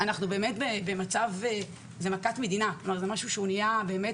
זו באמת מכת מדינה, זה קטסטרופה.